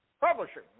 publishing